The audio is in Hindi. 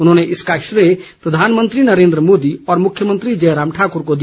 उन्होंने इसका श्रेय प्रधानमंत्री नरेन्द्र मोदी और मुख्यमंत्री जयराम ठाकुर को दिया